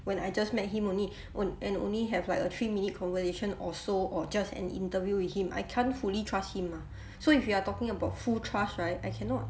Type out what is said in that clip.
when I just met him only on~ and only have like a three minute conversation or so or just an interview with him I can't fully trust him mah so if you are talking about full trust right I cannot